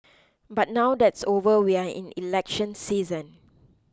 but now that's over we are in election season